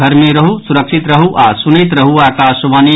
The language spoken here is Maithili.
घर मे रहू सुरक्षित रहू आ सुनैत रहू आकाशवाणी